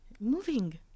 moving